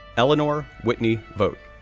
eleanor whitney vogt,